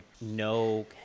no